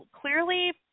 clearly